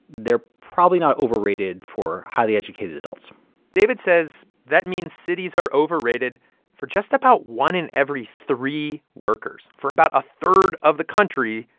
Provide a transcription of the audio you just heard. they're probably not overrated for highly educated adults david says that means cities are overrated for just about one in every three workers. for about a third of the country,